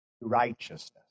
righteousness